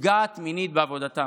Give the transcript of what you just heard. נפגעת מינית בעבודתה.